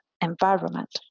environment